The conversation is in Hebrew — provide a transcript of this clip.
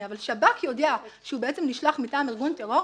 אבל שב"כ יודיע שהוא בעצם נשלח מטעם ארגון טרור,